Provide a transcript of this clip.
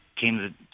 came